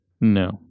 No